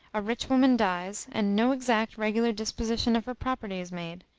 a rich woman dies, and no exact, regular disposition of her property is made.